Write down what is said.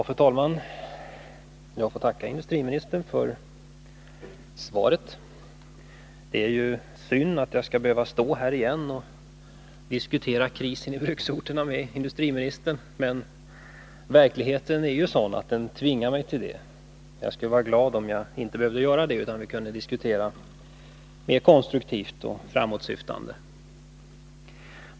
Fru talman! Jag får tacka industriministern för svaret. Det är ju synd att jag skall behöva stå här igen och diskutera krisen i bruksorterna med industriministern, men verkligheten är ju sådan att den tvingar mig till det. Jagskulle vara glad om jag inte behövde göra det utan vi kunde diskutera mer konstruktivt och framåtsyftande.